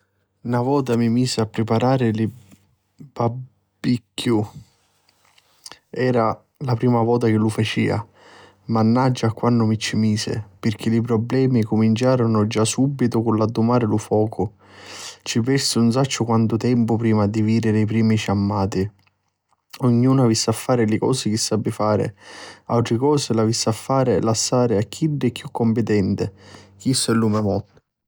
Na vota mi misi a priparari lu babbichiù, era la prima vota chi lu facia. Mannaggia a quannu mi ci misi, pirchì li prublemi cuminciaru già subitu a l'addumari lu focu. Ci persi nun sacciu quantu tempu prima di vidiri li primi ciammati. Ognunu avissi a fari li cosi chi sapi fari, l'àutri cosi l'avissi a lassari a chiddi chiù cumpitenti. Chistu è lu me mottu.